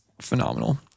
phenomenal